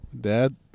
Dad